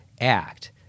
act